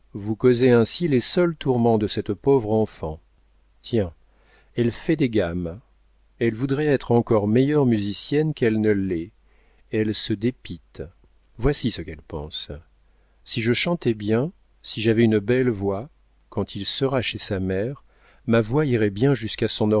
vous causez ainsi les seuls tourments de cette pauvre enfant tiens elle fait des gammes elle voudrait être encore meilleure musicienne qu'elle ne l'est elle se dépite voici ce qu'elle pense si je chantais bien si j'avais une belle voix quand il sera chez sa mère ma voix irait bien jusqu'à son